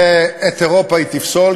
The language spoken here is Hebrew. ואת אירופה היא תפסול,